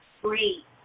three